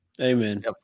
Amen